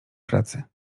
pracy